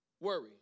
worry